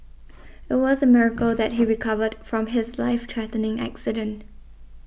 it was a miracle that he recovered from his life threatening accident